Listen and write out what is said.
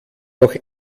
noch